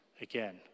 again